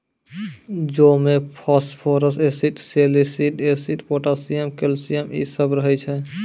जौ मे phosphorus acid, सैलसिड एसिड, पोटाशियम, कैल्शियम इ सभ रहै छै